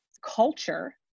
culture